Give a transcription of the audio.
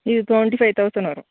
இது twenty five thousand வரும்